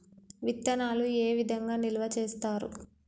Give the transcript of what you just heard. విత్తనాలు ఏ విధంగా నిల్వ చేస్తారు?